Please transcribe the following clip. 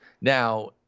now